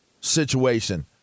situation